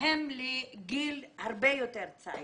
הן לגיל הרבה יותר צעיר.